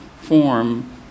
form